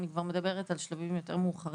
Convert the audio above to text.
אני כבר מדברת על שלבים יותר מאוחרים.